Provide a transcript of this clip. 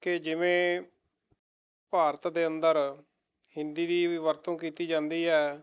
ਕਿ ਜਿਵੇਂ ਭਾਰਤ ਦੇ ਅੰਦਰ ਹਿੰਦੀ ਦੀ ਵੀ ਵਰਤੋਂ ਕੀਤੀ ਜਾਂਦੀ ਹੈ